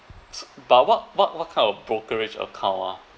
but what what what kind of brokerage account ah